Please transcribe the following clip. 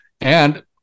and-